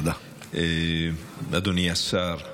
אדוני השר.